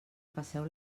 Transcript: passeu